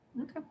okay